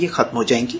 यह खत्म हो जायेंगे